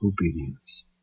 obedience